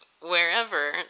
wherever